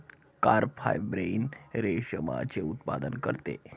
carp fibroin रेशमाचे उत्पादन करते